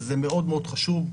וזה מאוד מאוד חשוב,